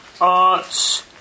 arts